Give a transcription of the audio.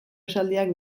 esaldiak